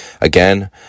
Again